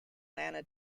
lana